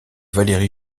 valéry